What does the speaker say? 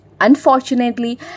Unfortunately